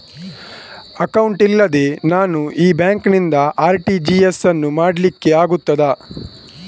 Account ಇಲ್ಲದೆ ನಾನು ಈ ಬ್ಯಾಂಕ್ ನಿಂದ ಆರ್.ಟಿ.ಜಿ.ಎಸ್ ಯನ್ನು ಮಾಡ್ಲಿಕೆ ಆಗುತ್ತದ?